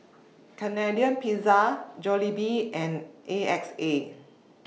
Canadian Pizza Jollibee and A X A